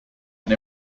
and